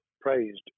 praised